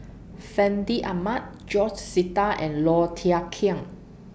Fandi Ahmad George Sita and Low Thia Khiang